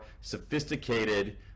sophisticated